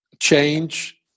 change